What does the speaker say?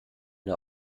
der